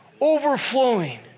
overflowing